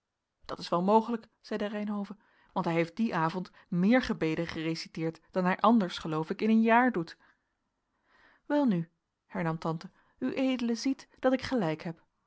dat is wel mogelijk zeide reynhove want hij heeft dien avond meer gebeden gereciteerd dan hij anders geloof ik in een jaar doet welnu hernam tante ued ziet dat ik gelijk heb